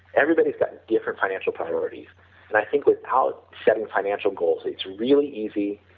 everybody has got different financial priorities and i think without setting financial goals, it's really easy